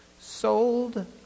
sold